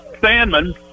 Sandman